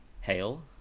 hail